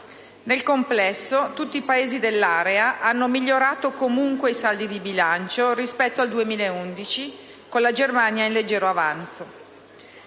Nel complesso, tutti i Paesi dell'area hanno migliorato comunque i saldi di bilancio rispetto al 2011, con la Germania in leggero avanzo.